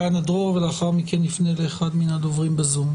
ולאחר מכן נפנה לאחד מן הדוברים בזום.